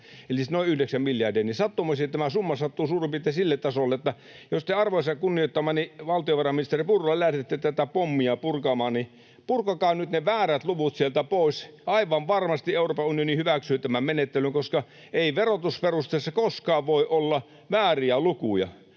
yhdeksän miljardia — eli sattumoisin tämä summa sattuu suurin piirtein sille tasolle. Jos te, arvoisa ja kunnioittamani valtiovarainministeri Purra, lähdette tätä pommia purkamaan, niin purkakaa nyt ne väärät luvut sieltä pois. Aivan varmasti Euroopan unioni hyväksyy tämän menettelyn, koska ei verotusperusteissa koskaan voi olla vääriä lukuja.